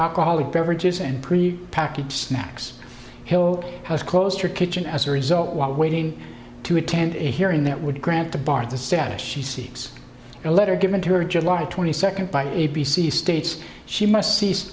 alcoholic beverages and pretty package snacks hilde has closed her kitchen as a result while waiting to attend a hearing that would grant the bart the status she seeks a letter given to her july twenty second by a b c states she must